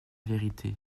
vérité